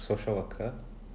social worker